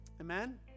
Amen